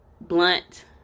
blunt